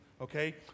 Okay